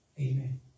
Amen